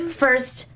first